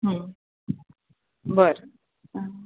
हम्म बरं हां